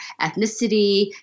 ethnicity